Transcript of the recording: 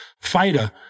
fighter